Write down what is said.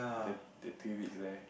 the the three weeks there